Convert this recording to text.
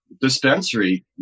dispensary